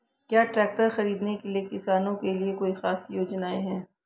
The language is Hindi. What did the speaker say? क्या ट्रैक्टर खरीदने के लिए किसानों के लिए कोई ख़ास योजनाएं हैं?